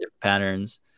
patterns